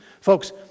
Folks